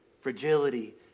fragility